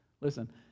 Listen